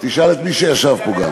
תשאל את מי שישב פה גם.